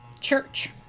church